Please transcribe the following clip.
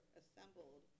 assembled